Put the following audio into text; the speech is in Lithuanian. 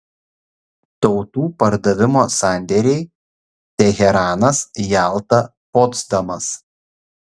tautų pardavimo sandėriai teheranas jalta potsdamas